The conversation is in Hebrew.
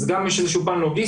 אז גם יש איזה שהוא פן לוגיסטי,